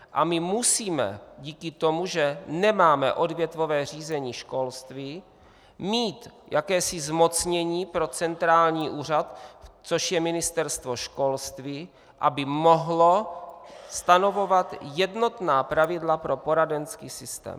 A my musíme díky tomu, že nemáme odvětvové řízení školství, mít jakési zmocnění pro centrální úřad, což je Ministerstvo školství, aby mohlo stanovovat jednotná pravidla pro poradenský systém.